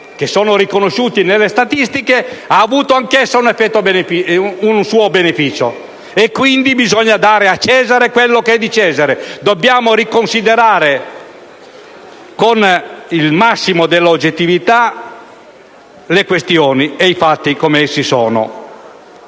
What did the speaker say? che sono riconosciuti nelle statistiche, ha avuto anch'essa un effetto benefico e, quindi, bisogna dare a Cesare quello che è di Cesare; dobbiamo riconsiderare con il massimo dell'oggettività le questioni e i fatti come essi sono.